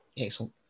Excellent